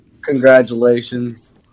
Congratulations